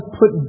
put